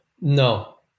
No